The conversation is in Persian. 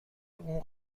اون